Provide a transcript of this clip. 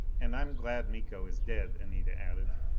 and i'm glad miko is dead, anita added.